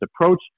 approach